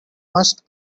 must